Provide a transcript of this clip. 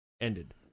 ended